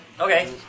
Okay